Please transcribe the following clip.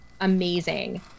amazing